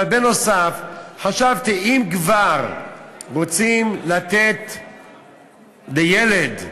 בנוסף, חשבתי שאם כבר רוצים לתת לילד,